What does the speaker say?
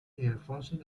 ildefonso